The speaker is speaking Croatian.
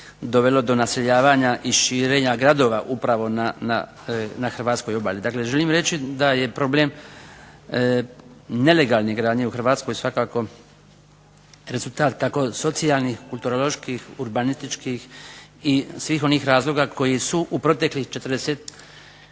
dovelo do naseljavanja i širenja gradova upravo na Hrvatskoj obali. Dakle, želim reći da je problem nelegalne gradnje u Hrvatskoj rezultat socijalnih, kulturoloških, urbanističkih i svih onih razloga koji su u proteklih 40,